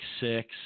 six